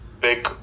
big